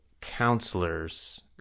counselors